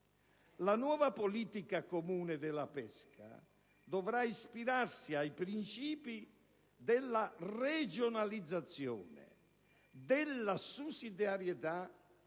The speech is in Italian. La nuova politica comune della pesca dovrà ispirarsi ai principi della regionalizzazione, della sussidiarietà